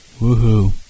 Woohoo